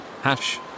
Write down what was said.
hash